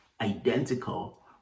identical